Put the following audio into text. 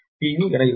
u என இருக்கும்